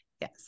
yes